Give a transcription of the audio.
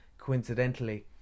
coincidentally